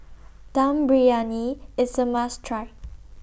Dum Briyani IS A must Try